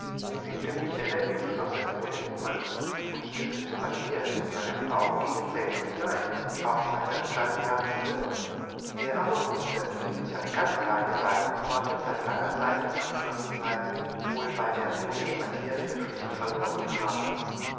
erzählte michele im schlosse wohne niemand und der böse matthias und seine frau gingen selten hinein auch sei das dann ja zu hören er aber wußte daß eine ganz kleine seitenpforte seit langer zeit unverschlossen sei wohl weil der brummige matthias den schlüssel verloren habe